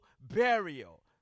burial